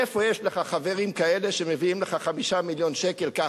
איפה יש לך חברים כאלה שמביאים לך 5 מיליון שקל ככה.